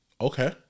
okay